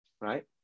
right